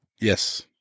Yes